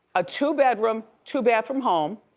a two bedroom, two bathroom home